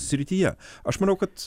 srityje aš manau kad